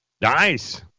Nice